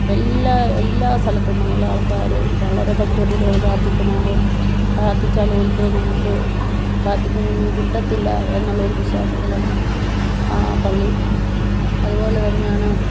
എല്ലാ എല്ലാ സ്ഥലത്തെന്നുമുള്ള ആൾക്കാർ വളരെ ഭക്തിയോടുകൂടി വന്ന് പ്രാർഥിക്കുന്നതാണ് പ്രാർഥിച്ചാലൊരിക്കലും നിങ്ങൾക്ക് പ്രാർഥിക്കുന്നതൊന്നും കിട്ടത്തില്ല എന്നുള്ളൊരു വിശ്വാസത്തിലാണ് ആ പള്ളി അതുപോലെ തന്നെയാണ്